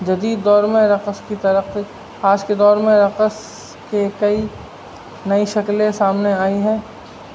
جدید دور میں رقص کی ترقی آج کے دور میں رقص کے کئی نئی شکلیں سامنے آئی ہیں